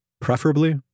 preferably